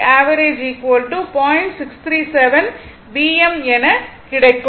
அதுஎன கிடைக்கும்